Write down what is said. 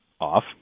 off